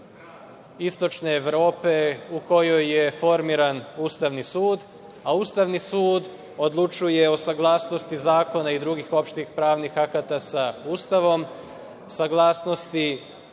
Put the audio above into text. istočne Evrope u kojoj je formiran Ustavni sud, a Ustavni sud odlučuje o saglasnosti zakona i drugih opštih pravnih akata sa Ustavom, saglasnosti